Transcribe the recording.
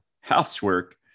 housework